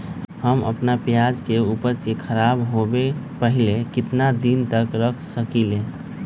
हम अपना प्याज के ऊपज के खराब होबे पहले कितना दिन तक रख सकीं ले?